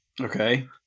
okay